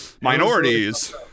minorities